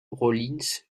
rollins